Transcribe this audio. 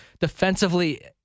defensively